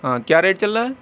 ہاں کیا ریٹ چل رہا ہے